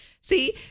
See